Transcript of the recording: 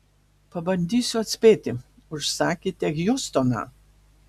pabandysiu atspėti užsakėte hjustoną